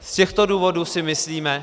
Z těchto důvodů si myslíme...